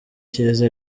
cyiza